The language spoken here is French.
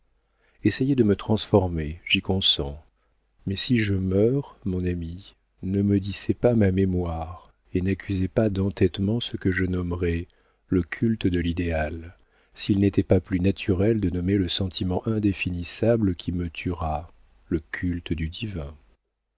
essayez de me transformer j'y consens mais si je meurs mon ami ne maudissez pas ma mémoire et n'accusez pas d'entêtement ce que je nommerais le culte de l'idéal s'il n'était pas plus naturel de nommer le sentiment indéfinissable qui me tuera le culte du divin